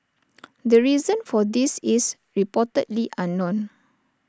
the reason for this is reportedly unknown